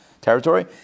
territory